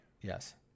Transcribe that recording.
Yes